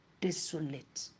desolate